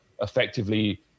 effectively